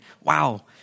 Wow